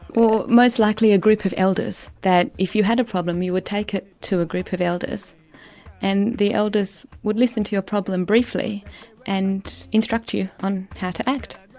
or most likely a group of elders. if you had a problem you would take it to a group of elders and the elders would listen to your problem briefly and instruct you on how to act.